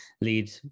lead